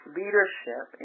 leadership